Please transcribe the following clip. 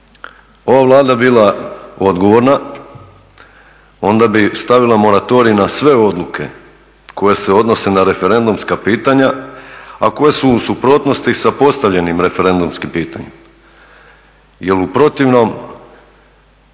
ova Vlada bila odgovorna onda bi stavila moratorij na sve odluke koje se odnose na referendumska pitanja a koja su u suprotnosti sa postavljenim referendumskim pitanjem.